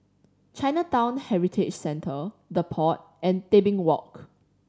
Chinatown Heritage Centre The Pod and Tebing Walk